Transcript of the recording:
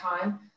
time